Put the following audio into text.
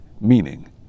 meaning